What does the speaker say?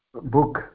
book